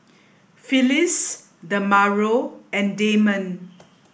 Phyllis Demario and Damond